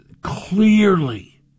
Clearly